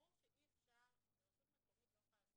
ברור שרשות מקומית לא יכולה לעשות